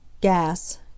Gas